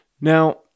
Now